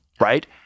right